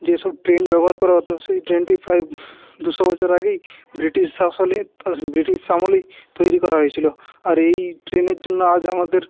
যে সব ট্রেন ব্যবহার করা হত সেই ট্রেনটি প্রায় দুশো বছর আগেই ব্রিটিশ শাসনে ব্রিটিশ আমলেই তৈরি করা হয়েছিল আর এই ট্রেনের জন্য আজ আমাদের